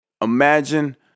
Imagine